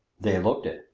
they looked it,